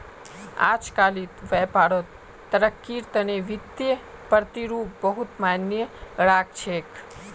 अजकालित व्यापारत तरक्कीर तने वित्तीय प्रतिरूप बहुत मायने राख छेक